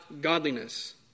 godliness